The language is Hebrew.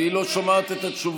והיא לא שומעת את התשובות.